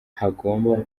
hagomba